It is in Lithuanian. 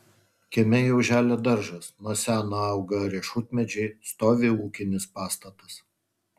kieme jau želia daržas nuo seno auga riešutmedžiai stovi ūkinis pastatas